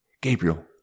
Gabriel